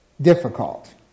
difficult